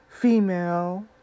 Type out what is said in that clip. female